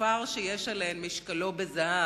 העפר שיש עליהן משקלו בזהב.